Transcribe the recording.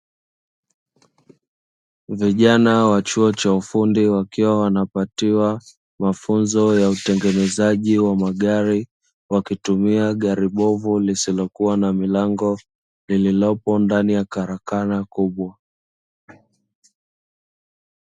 Vijana wa chuo cha ufundi wakiwa wanapatiwa mafunzo ya utengenezaji wa magari wakitumia gari bovu lisilokuwa na milango lililopo ndani ya karakana kubwa.